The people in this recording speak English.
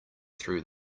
through